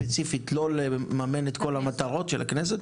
ספציפית ניתן לא לממן את כל המטרות של הכנסת,